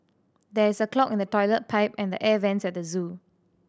there is a clog in the toilet pipe and the air vents at the zoo